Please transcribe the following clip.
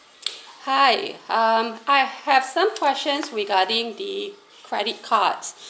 hi um I have some questions regarding the credit cards